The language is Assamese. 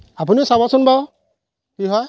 আপুনিও চাবচোন বাৰু কি হয়